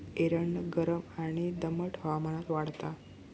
एरंड गरम आणि दमट हवामानात वाढता